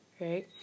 right